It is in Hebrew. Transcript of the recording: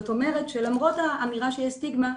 זאת אומרת שלמרות האמירה שיש סטיגמה,